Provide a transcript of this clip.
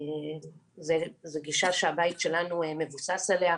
זאת גישה שהבית שלנו מבוסס עליה.